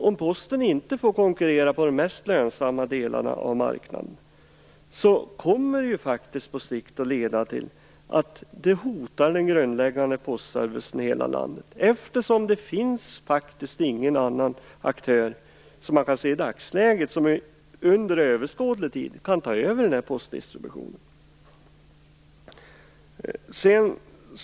Om Posten inte får konkurrera på de mest lönsamma delarna av marknaden kommer det på sikt att leda till att den grundläggande postservicen i hela landet hotas. Det finns faktiskt i dagsläget ingen annan aktör som under överskådlig tid kan ta över postdistributionen.